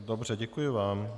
Dobře, děkuji vám.